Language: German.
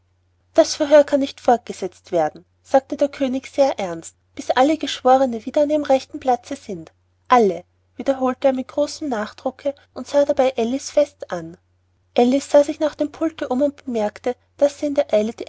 das verhör kann nicht fortgesetzt werden sagte der könig sehr ernst bis alle geschworne wieder an ihrem rechten platze sind alle wiederholte er mit großem nachdrucke und sah dabei alice fest an alice sah sich nach dem pulte um und bemerkte daß sie in der eile